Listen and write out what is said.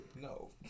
no